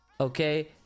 Okay